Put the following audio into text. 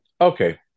Okay